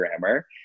grammar